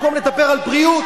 במקום לדבר על בריאות,